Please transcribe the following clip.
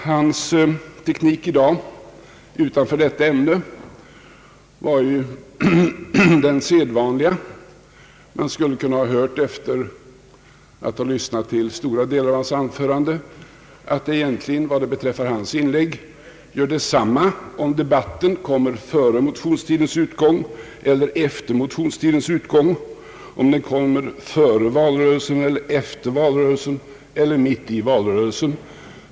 Hans teknik i dag utanför detta ämne var den sedvanliga. Man skulle efter att ha lyssnat till stora delar av hans anförande kunna ha sagt att det egentligen vad beträffar hans inlägg gör detsamma om debatten kommer före motionstidens utgång eller efter motionstidens utgång, om den kommer före valrörelsen eller efter valrörelsen eller mitt i valrörelsen.